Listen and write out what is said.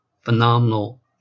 phenomenal